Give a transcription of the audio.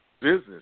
business